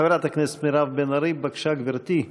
חברת הכנסת מירב בן ארי, בבקשה, גברתי,